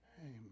Amen